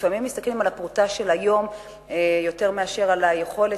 שלפעמים מסתכלים על הפרוטה של היום יותר מאשר על היכולת